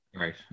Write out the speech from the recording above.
Right